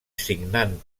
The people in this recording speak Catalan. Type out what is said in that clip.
signant